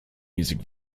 music